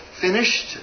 finished